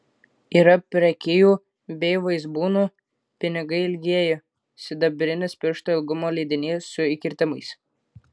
yra prekijų bei vaizbūnų pinigai ilgieji sidabrinis piršto ilgumo lydinys su įkirtimais